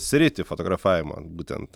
sritį fotografavimo būtent